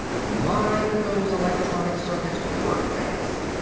my, but those electronic circuits work fast.